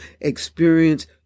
experience